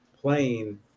playing